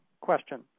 question